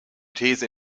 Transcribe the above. these